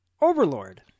Overlord